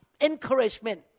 encouragement